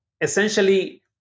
essentially